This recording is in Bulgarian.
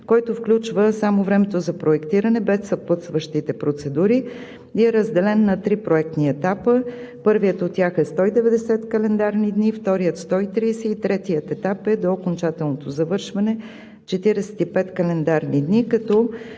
който включва само времето за проектиране без съпътстващите процедури и е разделен на три проектни етапа. Първият от тях е 190 календарни дни, вторият – 130, и третият етап е до окончателното завършване – 45 календарни дни, като